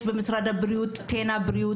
יש במשרד הבריאות --- הבריאות,